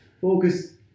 focus